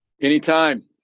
Anytime